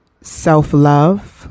self-love